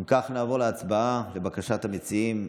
אם כך, נעבור להצבעה, לבקשת המציעים.